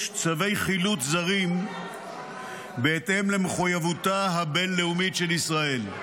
צווי חילוט זרים בהתאם למחויבותה הבין-לאומית של ישראל.